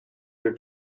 your